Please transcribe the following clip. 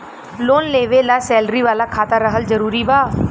Loan लेवे ला salary वाला खाता रहल जरूरी बा?